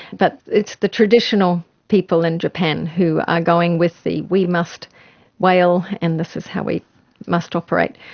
but it's the traditional people in japan who are going with the we must whale and this is how we must operate.